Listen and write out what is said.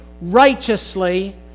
righteously